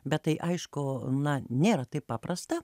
bet tai aišku na nėra taip paprasta